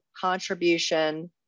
contribution